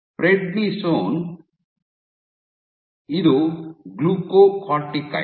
prednisone ಇದು glucocorticoid